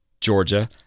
georgia